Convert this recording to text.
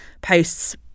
posts